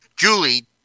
Julie